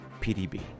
PDB